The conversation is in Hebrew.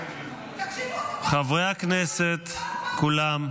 תקשיבו, כל פעם